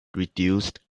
reduced